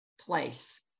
place